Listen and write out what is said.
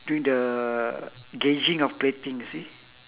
doing the gauging of plating you see